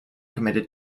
committed